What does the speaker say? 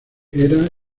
era